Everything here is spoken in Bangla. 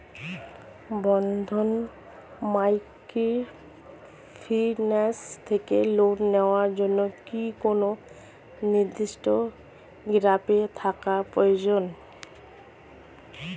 বন্ধন মাইক্রোফিন্যান্স থেকে লোন নেওয়ার জন্য কি কোন নির্দিষ্ট গ্রুপে থাকা প্রয়োজন?